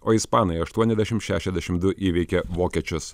o ispanai aštuoniasdešim šešiasdešim du įveikė vokiečius